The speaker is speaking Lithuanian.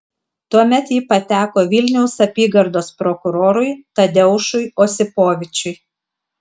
tuomet ji pateko vilniaus apygardos prokurorui tadeušui osipovičiui